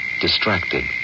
distracted